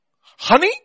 Honey